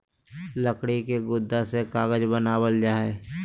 लकड़ी के गुदा से कागज बनावल जा हय